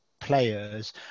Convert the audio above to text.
players